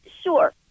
sure